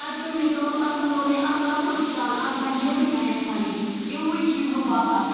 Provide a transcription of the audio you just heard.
پَتہٕ کٔر مےٚ کٲم پَتہٕ کھُلو مےٚ اَکھ لۅکُٹ سِٹال اَکھ گَر نٮ۪برٕ کَنٮ۪تھَنٕے یِموٕے چیٖزو باپَتھ